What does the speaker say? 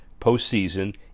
postseason